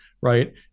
right